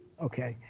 okay,